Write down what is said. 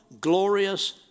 glorious